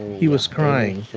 he was crying,